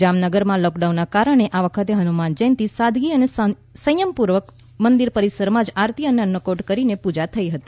જામનગરમાં લોકડાઉનના કારણે આ વખતે હનુમાન જયંતિ સાદગી અને સંયમપૂર્વકમંદિર પરિસરમાં જ આરતી અને અન્નકોટ કરીને પૂજા થઈ હતી